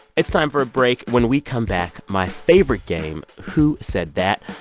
it's time for a break. when we come back, my favorite game, who said that?